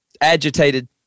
agitated